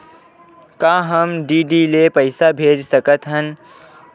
का हम डी.डी ले पईसा भेज सकत हन?